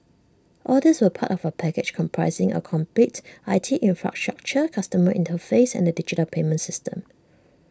all these were part of A package comprising A complete I T infrastructure customer interface and A digital payment system